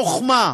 חוכמה,